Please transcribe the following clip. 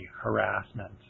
harassment